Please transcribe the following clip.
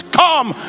come